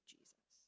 Jesus